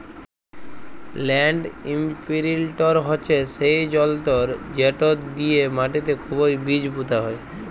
land imprinter হছে সেই জলতর্ যেট দিঁয়ে মাটিতে খুবই বীজ পুঁতা হয়